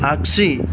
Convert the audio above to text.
आग्सि